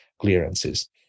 clearances